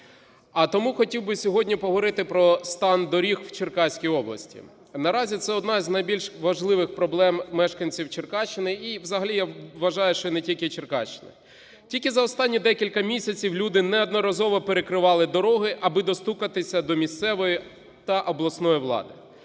А тому хотів би сьогодні поговорити про стан доріг в Черкаській області. Наразі це одна з найбільш важливих проблем мешканців Черкащини і взагалі, я вважаю, що і не тільки Черкащини. Тільки за останні декілька місяців люди неодноразово перекривали дороги, аби достукатися до місцевої та обласної влади.